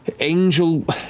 ah angel.